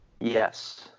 Yes